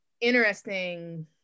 interesting